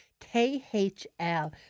KHL